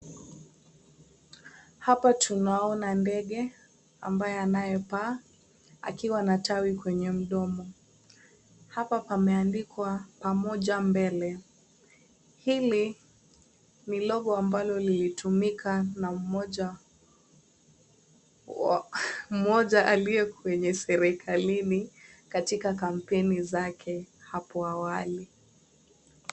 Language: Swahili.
Hapa tunaona ndege ambaye anayepaa akiwa na tawi kwenye mdomo. Hapa pameandikwa " Pamoja Mbele". Hili ni logo ambalo lilitumika na mmoja aliye kwenye serikalini katika kampeni zake hapo awali.